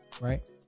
right